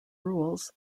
rules